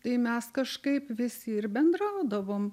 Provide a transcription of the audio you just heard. tai mes kažkaip visi ir bendraudavom